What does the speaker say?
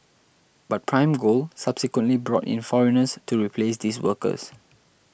but Prime Gold subsequently brought in foreigners to replace these workers